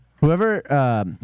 Whoever